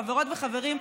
חברות וחברים,